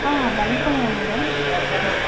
ஆ வணக்கங்க மேடம்